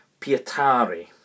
Pietari